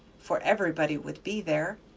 for everybody would be there,